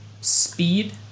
speed